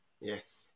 yes